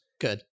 good